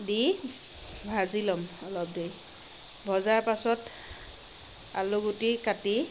দি ভাজি ল'ম অলপ দেৰি ভজাৰ পাছত আলুগুটি কাটি